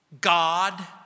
God